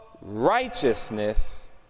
righteousness